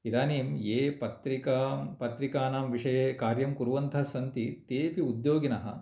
इदानीं ये पत्रिकां पत्रिकानां विषये कार्यं कुर्वन्तः सन्ति ते अपि उद्योगिनः